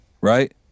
Right